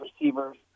receivers